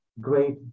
great